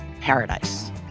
Paradise